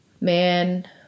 man